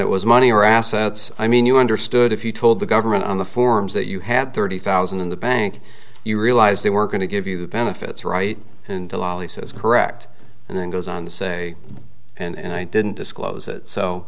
it was money or assets i mean you understood if you told the government on the forms that you had thirty thousand in the bank you realized they were going to give you benefits right until ali says correct and then goes on to say and i didn't disclose it so